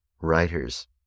writers